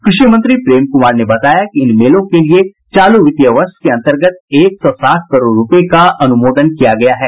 कृषि मंत्री प्रेम कुमार ने बताया कि इन मेलों के लिए चालू वित्तीय वर्ष के अन्तर्गत एक सौ साठ करोड़ रूपये का अनुमोदन किया गया है